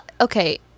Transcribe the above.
Okay